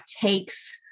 takes